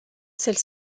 celle